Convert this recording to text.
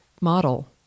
model